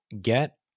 get